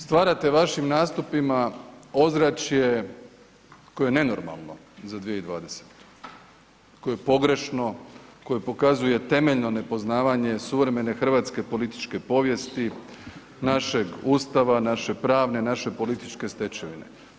Stvarate vašim nastupima ozračje koje je nenormalno za 2020., koje je pogrešno koje pokazuje temeljno nepoznavanje suvremene hrvatske političke povijesti, našeg Ustava, naše pravne, naše političke stečevine.